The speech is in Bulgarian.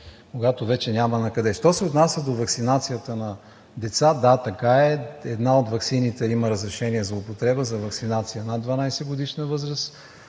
когато вече няма накъде. Що се отнася до ваксинацията на деца, да, така е – една от ваксините има разрешение за употреба за ваксинация над 12-годишна възраст.